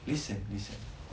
listen listen